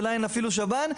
שלה אין אפילו שב"ן,